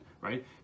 right